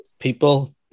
people